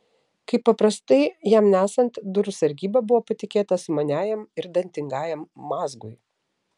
kaip paprastai jam nesant durų sargyba buvo patikėta sumaniajam ir dantingajam mazgui